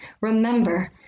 Remember